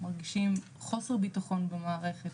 מרגישים חוסר ביטחון במערכת,